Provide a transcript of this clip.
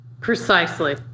Precisely